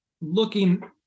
looking